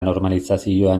normalizazioan